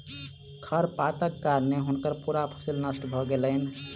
खरपातक कारणें हुनकर पूरा फसिल नष्ट भ गेलैन